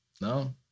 No